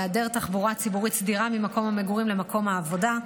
במקרים של היעדר תחבורה ציבורית סדירה ממקום המגורים למקום העבודה,